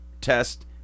test